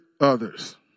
others